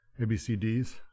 ABCDs